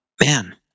man